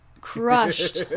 crushed